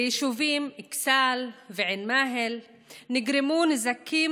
ביישובים אכסאל ועין מאהל נגרמו נזקים